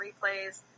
replays